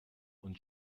und